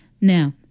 Now